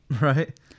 Right